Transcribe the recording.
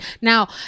Now